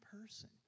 person